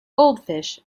goldfish